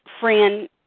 Fran